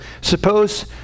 suppose